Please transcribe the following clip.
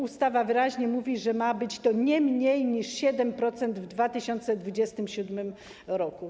Ustawa wyraźnie mówi, że ma być to nie mniej niż 7% w 2027 r.